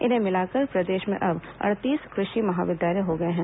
इन्हें मिलाकर प्रदेश में अब अड़तीस कृषि महाविद्यालय हो गए हैं